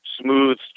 smooth